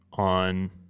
on